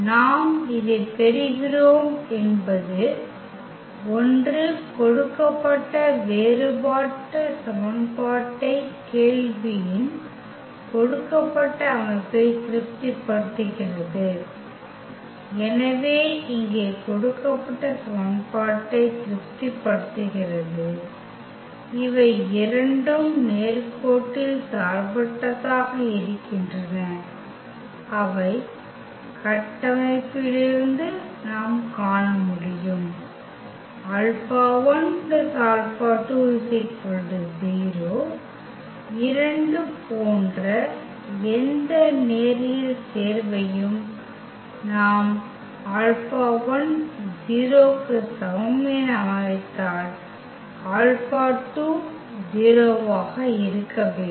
நாம் இதைப் பெறுகிறோம் என்பது 1 கொடுக்கப்பட்ட வேறுபட்ட சமன்பாட்டை கேள்வியின் கொடுக்கப்பட்ட அமைப்பை திருப்திப்படுத்துகிறது எனவே இங்கே கொடுக்கப்பட்ட சமன்பாட்டை திருப்திப்படுத்துகிறது இவை இரண்டும் நேர்கோட்டில் சார்பற்றதாக இருக்கின்றன அவை கட்டமைப்பிலிருந்து நாம் காண முடியும் ∝1 ∝2 0 2 போன்ற எந்த நேரியல் சேர்வையும் நாம் ∝1 0 க்கு சமம் என அமைத்தால் ∝2 0 ஆக இருக்க வேண்டும்